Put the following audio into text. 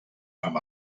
amb